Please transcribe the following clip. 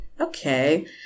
Okay